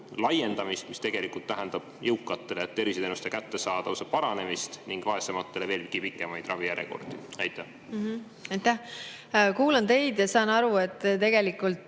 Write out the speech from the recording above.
laiendamist, mis tegelikult tähendab jõukatele terviseteenuste kättesaadavuse paranemist ning vaesematele veelgi pikemaid ravijärjekordi. Aitäh! Kuulan teid ja saan aru, et te tegelikult